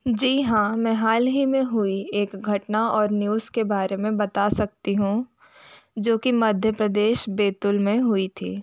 जी हाँ मैं हाल ही में हुई एक घटना और न्यूज़ के बारे में बता सकती हूँ जो कि मध्य प्रदेश बैतुल में हुई थी